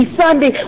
Sunday